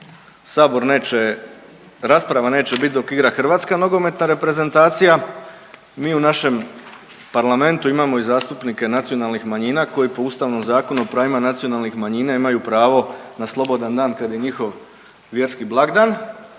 sabor neće rasprava neće bit dok igra Hrvatska nogometna reprezentacija, mi u našem parlamentu imamo i zastupnike nacionalnih manjina koji po Ustavnom zakonu o pravima nacionalnih manjina imaju pravo na slobodan dan kad je njihov vjerski blagdan